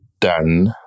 Dan